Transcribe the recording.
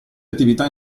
attività